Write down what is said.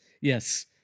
yes